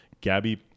gabby